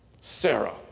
Sarah